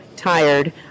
tired